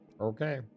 okay